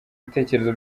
ibitekerezo